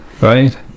Right